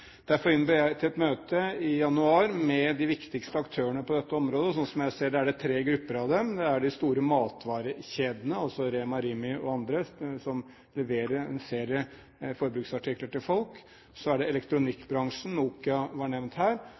jeg til et møte i januar med de viktigste aktørene på dette området. Sånn jeg ser det, er det tre grupper av dem. Det er de store matvarekjedene, altså Rema, Rimi og andre som leverer en serie forbruksartikler til folk. Så er det elektronikkbransjen – Nokia var nevnt her.